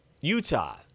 Utah